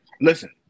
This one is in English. Listen